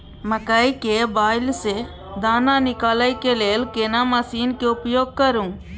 मकई के बाईल स दाना निकालय के लेल केना मसीन के उपयोग करू?